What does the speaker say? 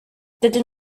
dydyn